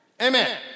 Amen